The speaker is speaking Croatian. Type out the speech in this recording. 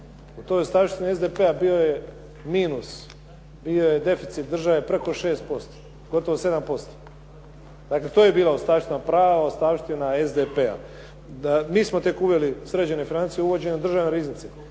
U toj ostavštini SDP-a bio je minus, bio je deficit države preko 6%, gotovo 7%. Dakle, to je bila prava ostavština SDP-a. Mi smo tek uveli sređene financije uvođenjem u državnu riznici,